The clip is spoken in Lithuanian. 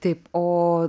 taip o